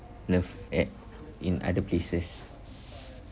love at in other places